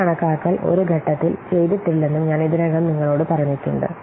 ഈ കണക്കാക്കൽ ഒരു ഘട്ടത്തിൽ ചെയ്തിട്ടില്ലെന്ന് ഞാൻ ഇതിനകം നിങ്ങളോട് പറഞ്ഞിട്ടുണ്ട്